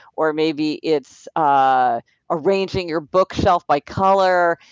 or maybe it's ah arranging your bookshelf by color.